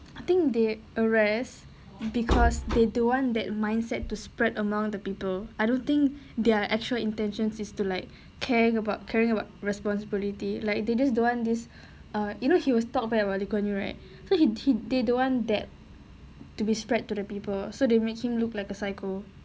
I think they arrest because they don't want that mindset to spread among the people I don't think there are actual intentions is to like care about caring about responsibility like they just don't want this err you know he was talked bad about lee kuan yew right so he didn't they don't want that to be spread to the people so they make him look like a psycho